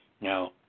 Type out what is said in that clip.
Now